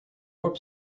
warp